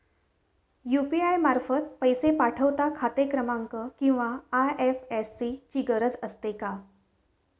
UPI मार्फत पैसे पाठवता खाते क्रमांक किंवा आय.एफ.एस.सी ची गरज असते का?